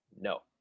No